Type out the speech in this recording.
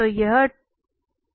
तो यह है